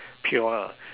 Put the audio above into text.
pure lah